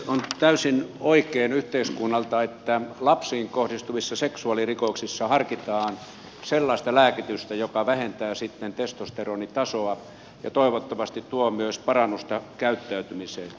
on täysin oikein yhteiskunnalta että lapsiin kohdistuvissa seksuaalirikoksissa harkitaan sellaista lääkitystä joka vähentää sitten testosteronitasoa ja toivottavasti tuo myös parannusta käyttäytymiseen